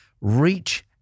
reach